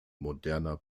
moderner